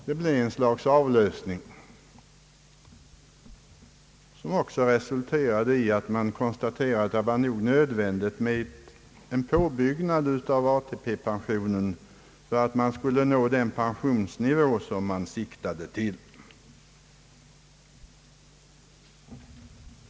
Det blev ett slags avlösning, som resulterade i att man konstaterade att det var nödvändigt med en påbyggnad av ATP pensionen för att nå den pennsionsnivå som man siktade till.